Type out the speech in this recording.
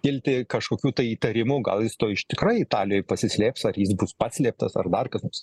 kilti kažkokių tai įtarimų gal jis toj iš tikrai italijoj pasislėps ar jis bus paslėptas ar dar kas nors